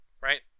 right